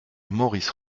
maurice